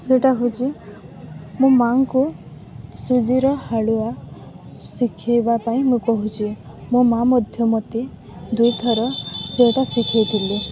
ସେଇଟା ହେଉଛି ମୋ ମାଆଙ୍କୁ ସୁଜିର ହାଳୁଆ ଶିଖେଇବା ପାଇଁ ମୁଁ କହୁଛି ମୋ ମାଆ ମଧ୍ୟ ମୋତେ ଦୁଇ ଥର ସେଇଟା ଶିଖେଇଥିଲେ